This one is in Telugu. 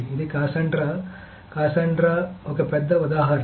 ఇది కస్సాండ్రా కాసాండ్రా ఒక పెద్ద ఉదాహరణ